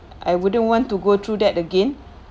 I wouldn't want to go through that again